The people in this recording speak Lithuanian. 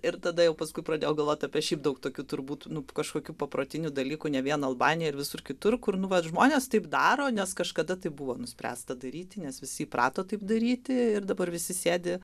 ir tada jau paskui pradėjau galvot apie šiaip daug tokių turbūt nu kažkokių paprotinių dalykų ne vien albaniją ir visur kitur kur nu vat žmonės taip daro nes kažkada tai buvo nuspręsta daryti nes visi įprato taip daryti ir dabar visi sėdi